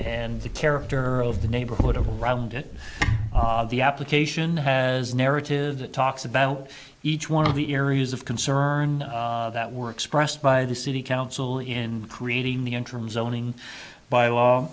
and the character of the neighborhood of rhonda the application has narrative that talks about each one of the areas of concern that were expressed by the city council in creating the interim zoning by law